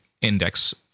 index